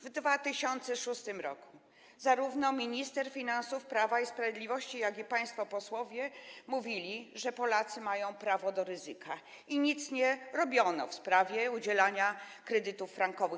W 2006 r. zarówno minister finansów z Prawa i Sprawiedliwości, jak i państwo posłowie mówili, że Polacy mają prawo do ryzyka, i nic nie robiono w sprawie udzielania kredytów frankowych.